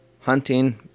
hunting